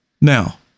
Now